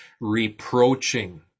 reproaching